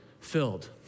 filled